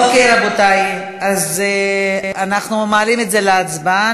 אוקיי, רבותי, אנחנו מעלים את זה להצבעה.